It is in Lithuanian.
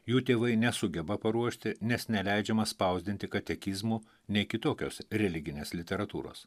jų tėvai nesugeba paruošti nes neleidžiama spausdinti katekizmų nei kitokios religinės literatūros